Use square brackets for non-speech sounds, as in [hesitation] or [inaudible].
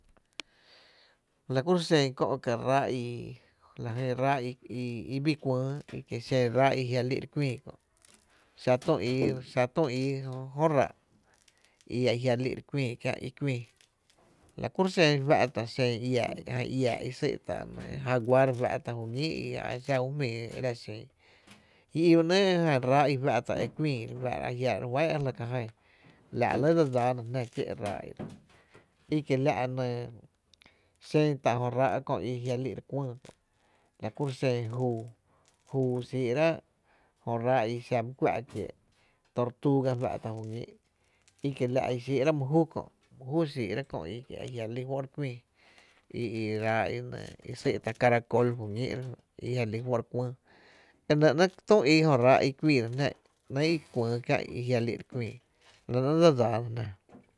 La kuro’ xen kö ka’ ráá’, la jyn ráá’ i bii kuïï, kie’ xen ráá’ i jia’ re lí’ re kuïï kö’, xa tü ii [hesitation] xa tü ii jö ráá’ i a jia’ re lí’ re kuïï kiä’ i kuïï, la ku xen fá’tá’ xen iää’ i sý’ tá’ jaguar fá’ta´’ juñíí’ a e xa ju jmíi e la xin, i i ba ‘néé’ jan ráá’ i fá’ ta’ i kuïï re fáá’ra jia’ ro re fá’n e jlí’ ka jëë, la’ re lɇ dse dsaa na jná kié’ ráá’ i i kiela’ nɇɇ xen tá’ jö ráá’ i jia’ re lí’ re kuïï kö’ la kú xen juu, juu xíí’rá’ jö ráá’ i xa my kuⱥ’ kiee’, toruga fá’tá’ ju ñíi’, ikiela’ xíí’rá’ my jú kö’ my jú xii’rá’ i i jia’ re lí fói’ re kuïï, i i ráá’ i sý’tá’ caracol ju ñíí’ i jia’ re lí fó’ re kuïï, e nɇ ‘néé’ tü ii jö ráá’ i kuíína jná ‘néé’ i kuïï kiä’ i jia’ re lé’ re kuïï, la nɇ ‘néé’ dse dsaa na jná.